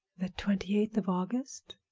the twenty-eighth of august?